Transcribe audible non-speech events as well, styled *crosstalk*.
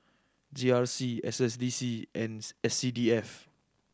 G R C S S D C and *unintelligible* S C D F